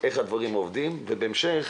איך הדברים עובדים, ובהמשך